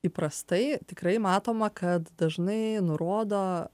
įprastai tikrai matoma kad dažnai nurodo